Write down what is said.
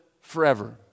forever